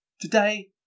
Today